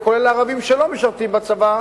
וכולל לגבי הערבים שלא משרתים בצבא,